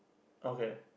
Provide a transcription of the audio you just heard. okay